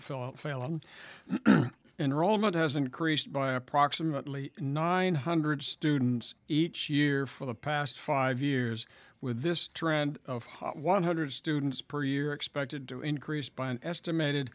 a failing enrollment has increased by approximately nine hundred students each year for the past five years with this trend of one hundred students per year expected to increase by an estimated